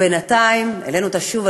בינתיים העלינו אותה שוב,